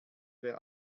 wer